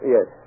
Yes